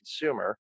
consumer